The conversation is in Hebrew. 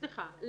סליחה,